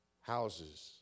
Houses